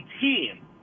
team